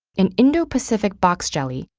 an indo-pacific box jelly,